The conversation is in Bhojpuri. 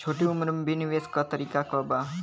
छोटी उम्र में भी निवेश के तरीका क बा?